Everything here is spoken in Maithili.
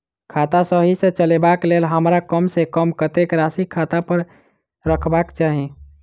खाता सही सँ चलेबाक लेल हमरा कम सँ कम कतेक राशि खाता पर रखबाक चाहि?